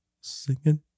Singing